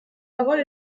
parole